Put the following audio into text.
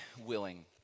willing